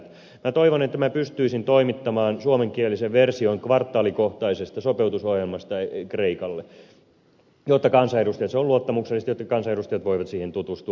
toivon että pystyisin toimittamaan suomenkielisen version kvartaalikohtaisesta sopeutusohjelmasta kreikalle se on luottamuksellista jotta kansanedustajat voisivat siihen tutustua